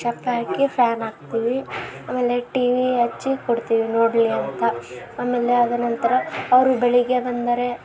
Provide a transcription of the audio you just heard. ಚಾಪೆ ಹಾಕಿ ಫ್ಯಾನ್ ಹಾಕ್ತೀವಿ ಆಮೇಲೆ ಟಿವಿ ಹಚ್ಚಿ ಕೊಡ್ತೀವಿ ನೋಡಲಿ ಅಂತ ಆಮೇಲೆ ಅದರ ನಂತರ ಅವರು ಬೆಳಗ್ಗೆ ಬಂದರೆ